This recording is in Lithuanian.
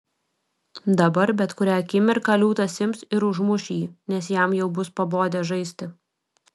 dabar bet kurią akimirką liūtas ims ir užmuš jį nes jam jau bus pabodę žaisti